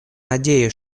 надеюсь